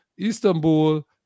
Istanbul